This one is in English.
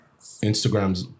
Instagrams